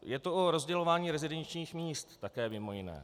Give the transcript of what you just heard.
Je to o rozdělování rezidenčních míst také mimo jiné.